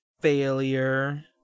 failure